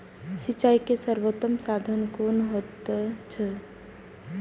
सिंचाई के सर्वोत्तम साधन कुन होएत अछि?